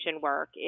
work